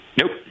Nope